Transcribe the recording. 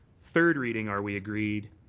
third reading, are we agreed?